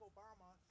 Obama